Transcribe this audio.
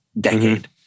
Decade